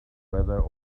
weather